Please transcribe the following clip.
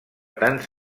tant